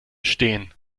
stehen